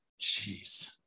Jeez